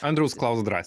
andriaus klaus drąsiai